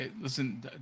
listen